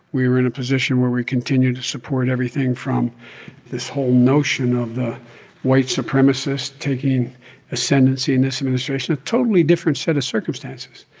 we were in a position where we continued to support everything from this whole notion of the white supremacist taking ascendancy in this administration a totally different set of circumstances,